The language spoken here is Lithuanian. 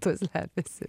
tuo slepiasi